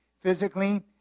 physically